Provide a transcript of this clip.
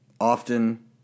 often